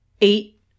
eight